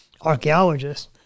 archaeologists